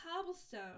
Cobblestone